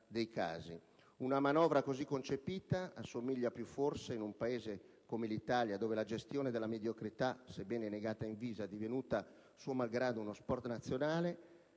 Una manovra così concepita assomiglia più forse - in un Paese come l'Italia, dove la gestione della mediocrità, sebbene negata e invisa, è divenuta suo malgrado uno sport nazionale